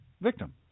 victim